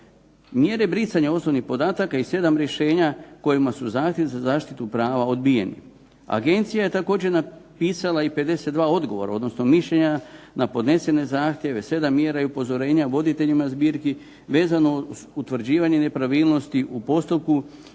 Mjere brisanja osobnih podataka i 7 rješenja kojima su zahtjev za zaštitu prava odbijeni. Agencija je također napisala i 52 odgovora, odnosno mišljenja na podnesene zahtjeve, 7 mjera i upozorenja voditeljima zbirki vezano uz utvrđivanje nepravilnosti u postupku